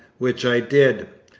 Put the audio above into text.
which i did.